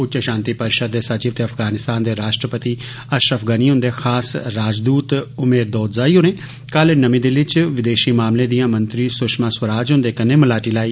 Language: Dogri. उच्च षान्ति परिशद दे सचिव ते अफगानिस्तान दे राश्ट्रपति अषरफ घनी हुन्दे खास राजदूत उमेर दौदज़ाई होरें कल नमीं दिल्ली च विदेषी मामलें दियां मंत्री सुशमा स्वराज हुन्दे कन्नै मलाटी लाई